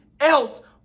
else